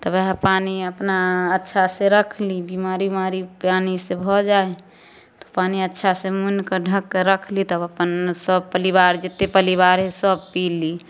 तब वएह पानी अपना अच्छासे रखली बेमारी उमारी पानीसे भऽ जाइ हइ तऽ पानी अच्छासे मुनिके ढकिके रखली तब अपन सब परिवार जतेक परिवार हइ सब पिली